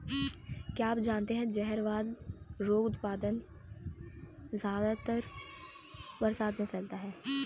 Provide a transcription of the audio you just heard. क्या आप जानते है जहरवाद रोग ज्यादातर बरसात में फैलता है?